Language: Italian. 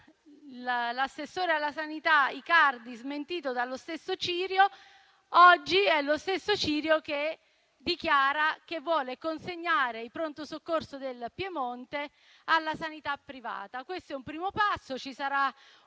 l'assessore alla sanità Icardi, smentito dallo stesso Cirio, oggi è lo stesso Cirio a dichiarare di voler consegnare i pronto soccorso del Piemonte alla sanità privata. Questo è un primo passo. Ci sarà un